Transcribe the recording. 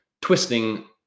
twisting